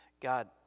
God